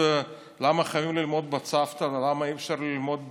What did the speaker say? למה חייבים ללמוד בצוותא, למה אי-אפשר ללמוד בזום,